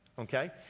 Okay